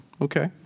Okay